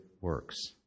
works